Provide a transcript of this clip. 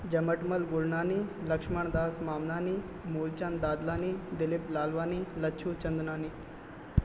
Jhamatmal Gurnani Laxman Das Mamnani Moolchand Dadlani Dilip Lalwani Lachhu Chandnani